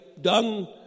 done